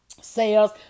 sales